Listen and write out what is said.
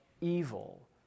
evil